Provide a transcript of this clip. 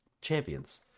Champions